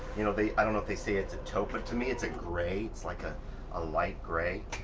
you know they, i don't know if they say its a taupe, but to me it's a gray, it's like ah a light gray.